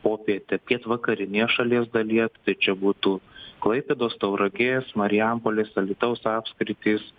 popietę pietvakarinėje šalies dalyje tai čia būtų klaipėdos tauragės marijampolės alytaus apskritys